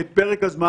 לאזרחים?